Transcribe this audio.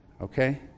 okay